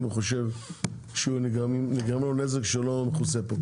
אם הוא חושב שנגרם לו נזק שלא מכוסה פה,